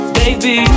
baby